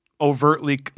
overtly